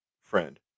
Friend